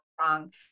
wrong